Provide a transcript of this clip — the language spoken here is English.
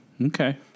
Okay